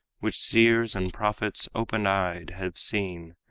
which seers and prophets open-eyed have seen,